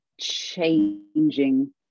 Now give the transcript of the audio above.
changing